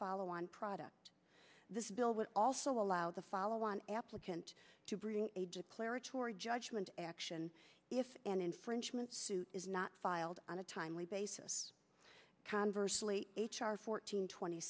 follow on product this bill will also allow the follow on applicant to bring a declaratory judgment action if an infringement suit is not filed on a timely basis conversely h r fourteen twenty